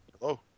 Hello